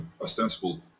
ostensible